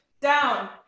Down